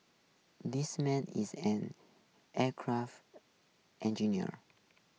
this man is an aircraft engineer